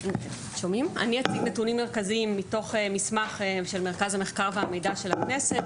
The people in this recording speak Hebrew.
אני אציג נתונים מרכזיים מתוך מסמך של מרכז המחקר והמידע של הכנסת,